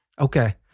Okay